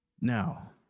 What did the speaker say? Now